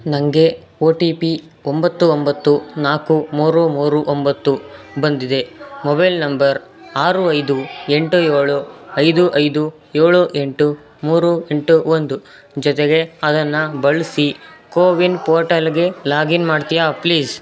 ನನಗೆ O T P ಒಂಬತ್ತು ಒಂಬತ್ತು ನಾಲ್ಕು ಮೂರು ಮೂರು ಒಂಬತ್ತು ಬಂದಿದೆ ಮೊಬೈಲ್ ನಂಬರ್ ಆರು ಐದು ಎಂಟು ಏಳು ಐದು ಐದು ಏಳು ಎಂಟು ಮೂರು ಎಂಟು ಒಂದು ಜೊತೆಗೆ ಅದನ್ನು ಬಳಸಿ ಕೋವಿನ್ ಪೋರ್ಟಲ್ಗೆ ಲಾಗಿನ್ ಮಾಡ್ತೀಯಾ ಪ್ಲೀಸ್